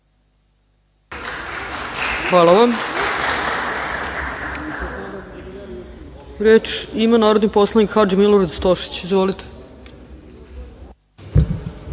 Hvala vam. Reč ima narodni poslanik, Hadži Milorad Stošić. **Hadži